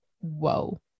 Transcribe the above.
whoa